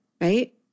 right